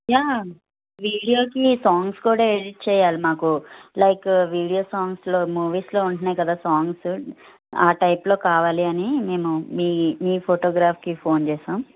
yeah వీడియోకి songs కూడా edit చేయాలి మాకు లైక్ వీడియో సాంగ్స్లో మూవీస్లో ఉంటున్నాయి కదా సాంగ్స్ ఆ టైపులో కావాలి అని మేము మీ మీ ఫొటోగ్రాఫ్కి ఫోన్ చేసాం